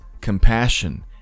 compassion